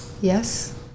yes